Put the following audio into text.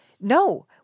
no